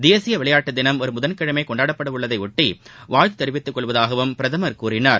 தேசிய விளையாட்டு தினம் வரும் புதன்கிழமை கொண்டாடப்படவுள்ளதை ஒட்டி வாழ்த்துத் தெரிவித்துக் கொள்வதாகவும் பிரதமர் கூறினார்